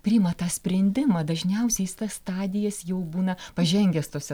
priima tą sprendimą dažniausiai jis tas stadijas jau būna pažengęs tose